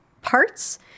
parts